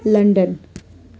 London